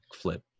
flip